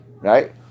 right